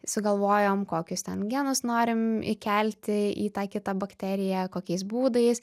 sugalvojom kokius ten genus norim įkelti į tą kitą bakteriją kokiais būdais